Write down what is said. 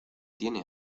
tiene